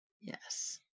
yes